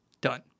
done